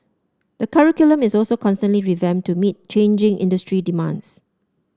the curriculum is also constantly revamped to meet changing industry demands